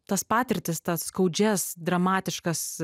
tas patirtis tas skaudžias dramatiškas